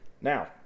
Now